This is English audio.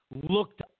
looked